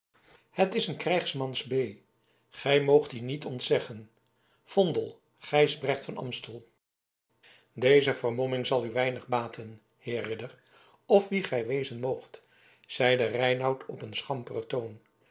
het is een krijghmans beê gy mooght die niet ontzeggen vondel gijsbrecht van aemstel deze vermomming zal u weinig baten heer ridder of wie gij wezen moogt zeide reinout op een schamperen toon